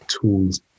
tools